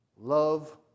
Love